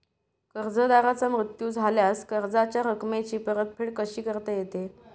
कर्जदाराचा मृत्यू झाल्यास कर्जाच्या रकमेची परतफेड कशी करता येते?